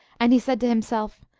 and he said to himself,